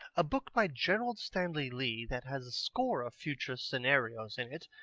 a book by gerald stanley lee that has a score of future scenarios in it,